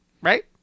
Right